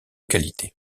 qualité